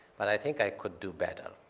but i think i could do better.